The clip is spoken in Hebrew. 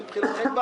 מבחינתכם,